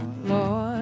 Lord